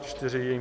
4.